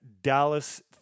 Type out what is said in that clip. Dallas